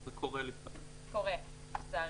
קורה, לצערנו.